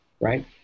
right